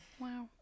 Wow